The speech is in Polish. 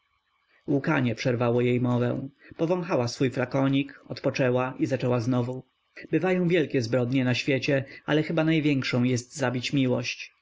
łkanie przerwało jej mowę powąchała swój flakonik odpoczęła i zaczęła znowu bywają wielkie zbrodnie na świecie ale chyba największą jest zabić miłość